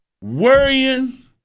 worrying